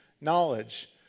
knowledge